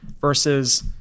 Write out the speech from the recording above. versus